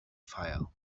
fire